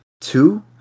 two